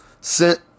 sent